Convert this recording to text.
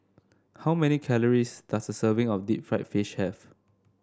how many calories does a serving of Deep Fried Fish have